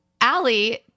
Allie